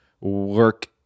work